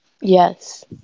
yes